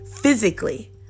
physically